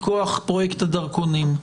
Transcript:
מכוח פרויקט הדרכונים.